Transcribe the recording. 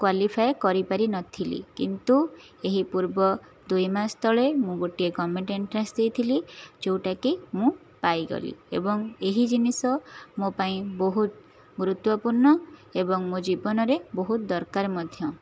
qualify କରିପାରିନଥିଲି କିନ୍ତୁ ଏହି ପୂର୍ବ ଦୁଇମାସ ତଳେ ମୁଁ ଗୋଟିଏ ଗଭର୍ଣ୍ଣମେଣ୍ଟ ଏନଟ୍ରାନ୍ସ ଦେଇଥିଲି ଯେଉଁଟାକି ମୁଁ ପାଇଗଲି ଏବଂ ଏହି ଜିନିଷ ମୋ' ପାଇଁ ବହୁତ ଗୁରୁତ୍ୱପୂର୍ଣ୍ଣ ଏବଂ ମୋ' ଜୀବନରେ ବହୁତ ଦରକାର ମଧ୍ୟ